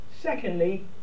Secondly